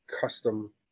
custom